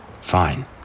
Fine